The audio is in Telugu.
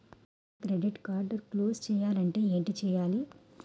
నా క్రెడిట్ కార్డ్ క్లోజ్ చేయాలంటే ఏంటి చేయాలి?